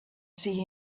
see